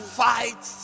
fight